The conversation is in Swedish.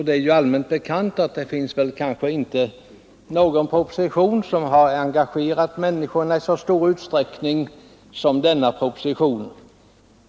Det är väl allmänt känt att det knappast finns någon proposition som har engagerat människorna i så stor utsträckning som den vi nu behandlar.